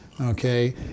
Okay